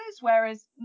whereas